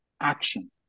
action